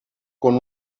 con